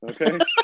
Okay